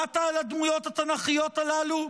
שמעת על הדמויות התנ"כיות הללו?